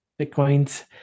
Bitcoin's